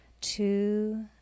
two